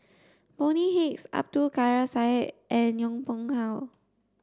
Bonny Hicks Abdul Kadir Syed and Yong Pung How